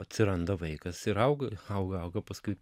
atsiranda vaikas ir auga auga auga paskui